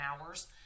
hours